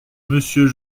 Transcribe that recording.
monsieur